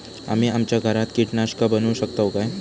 आम्ही आमच्या घरात कीटकनाशका बनवू शकताव काय?